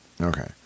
Okay